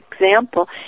example